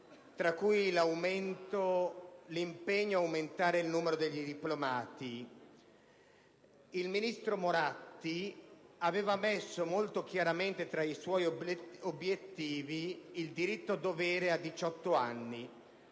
tra i quali quello di aumentare il numero dei diplomati. Il ministro Moratti aveva messo molto chiaramente tra i suoi obiettivi il diritto-dovere